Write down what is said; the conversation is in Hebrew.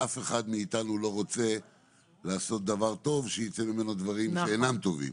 אף אחד מאיתנו לא רוצה לעשות דבר טוב שייצא ממנו דברים שאינם טובים.